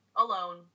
Alone